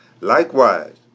Likewise